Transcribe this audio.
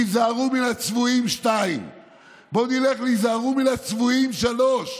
"היזהרו מן הצבועים" 2. בואו נלך ל"היזהרו מן הצבועים" 3,